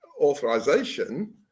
Authorization